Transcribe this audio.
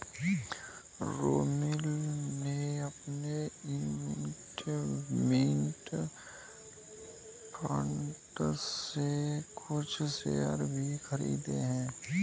रोमिल ने अपने investment fund से कुछ शेयर भी खरीदे है